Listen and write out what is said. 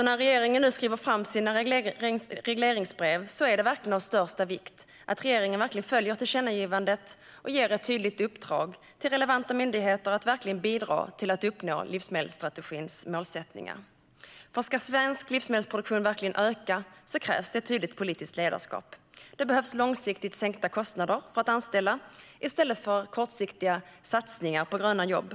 När regeringen nu skriver fram sina regleringsbrev är det alltså av största vikt att regeringen verkligen följer tillkännagivandet och ger ett tydligt uppdrag till relevanta myndigheter att bidra till att uppnå livsmedelsstrategins målsättningar. Ska svensk livsmedelsproduktion verkligen öka krävs nämligen ett tydligt politiskt ledarskap. Det behövs långsiktigt sänkta kostnader för att anställa i stället för kortsiktiga "satsningar" på gröna jobb.